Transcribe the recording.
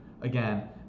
Again